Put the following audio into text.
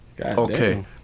Okay